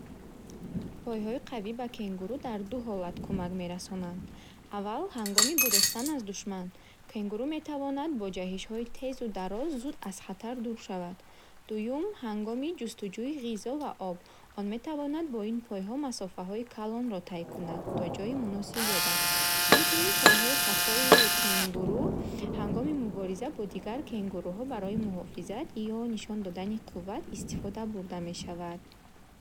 Пойҳои қавӣ ба кенгуру дар ду ҳолат кӯмак мерасонанд. Аввал ҳангоми гурехтан аз душман. Кенгуру метавонад бо ҷаҳишҳои тезу дароз зуд аз хатар дур шавад. Дуюм ҳангоми ҷустуҷӯи ғизо ва об. Он метавонад бо ин пойҳо масофаҳои калонро тай кунад, то ҷойи муносиб ёбад. Инчунин пойҳои қафо кенгуру ҳангоми мубориза бо дигар кенгуруҳо барои муҳофизат ё нишон додани қувват истифода мешавад.